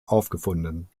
aufgefunden